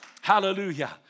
Hallelujah